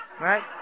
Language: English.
right